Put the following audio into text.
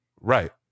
Right